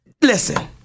listen